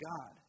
God